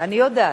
אני יודעת.